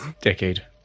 decade